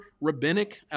rabbinic